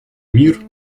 мир